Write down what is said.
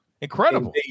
Incredible